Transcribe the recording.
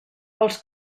els